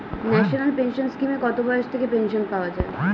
National pension স্কিমে কত বয়স থেকে পেনশন পাওয়া যায়?